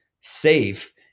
safe